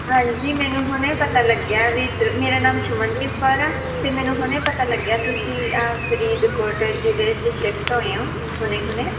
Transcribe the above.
ਹਾਂਜੀ ਮੈਨੂੰ ਹੁਣੇ ਪਤਾ ਲੱਗਿਆ ਵੀ ਤੁ ਮੇਰਾ ਨਾਮ ਸੁਮਨਦੀਪ ਕੌਰ ਆ ਅਤੇ ਮੈਨੂੰ ਹੁਣ ਪਤਾ ਲੱਗਿਆ ਤੁਸੀਂ ਆ ਫਰੀਦਕੋਟ ਜ਼ਿਲ੍ਹੇ 'ਚ ਸ਼ਿਫਟ ਹੋਏ ਹੋ ਹੁਣੇ ਹੁਣੇ